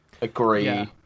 agree